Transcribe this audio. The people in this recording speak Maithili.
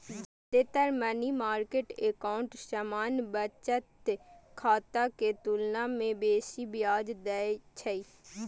जादेतर मनी मार्केट एकाउंट सामान्य बचत खाता के तुलना मे बेसी ब्याज दै छै